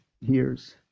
years